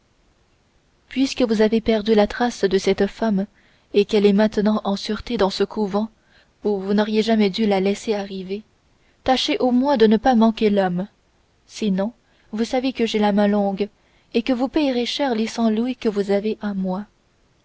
puisque vous avez perdu la trace de cette femme et qu'elle est maintenant en sûreté dans ce couvent où vous n'auriez jamais dû la laisser arriver tâchez au moins de ne pas manquer l'homme sinon vous savez que j'ai la main longue et que vous payeriez cher les cent louis que vous avez à moi